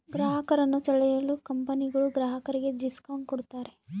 ಗ್ರಾಹಕರನ್ನು ಸೆಳೆಯಲು ಕಂಪನಿಗಳು ಗ್ರಾಹಕರಿಗೆ ಡಿಸ್ಕೌಂಟ್ ಕೂಡತಾರೆ